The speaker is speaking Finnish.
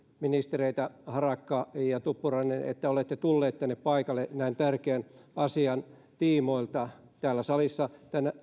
ministereitä harakka ja tuppurainen että olette tulleet tänne paikalle näin tärkeän asian tiimoilta täällä salissa